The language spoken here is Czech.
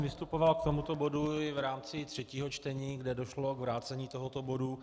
Vystupoval jsem k tomuto bodu i v rámci třetího čtení, kde došlo k vrácení tohoto bodu.